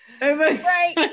Right